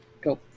Go